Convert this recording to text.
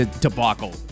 debacle